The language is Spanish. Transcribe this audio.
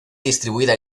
distribuida